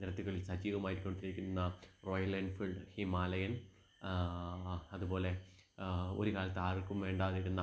നിരത്തുകളിൽ സജീവമായിക്കൊണ്ടിരിക്കുന്ന Royal Enfield Himalayan അതുപോലെ ഒരുകാലത്ത് ആർക്കും വേണ്ടാതിരുന്ന